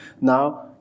now